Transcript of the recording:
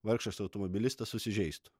vargšas automobilistas susižeistų